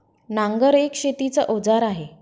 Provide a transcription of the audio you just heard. नांगर एक शेतीच अवजार आहे